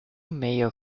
male